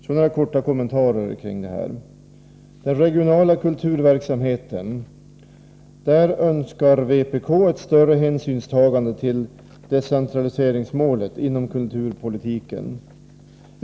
Så några korta kommentarer kring detta. Vpk önskar ett större hänsynstagande till decentraliseringsmålet inom kulturpolitiken.